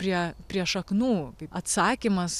prie prie šaknų tai atsakymas